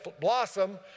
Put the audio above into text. blossom